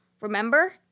remember